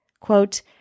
Quote